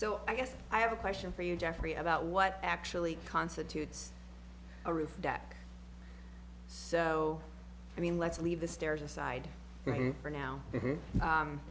so i guess i have a question for you jeffrey about what actually constitutes a roof deck so i mean let's leave the stairs aside for now